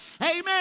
Amen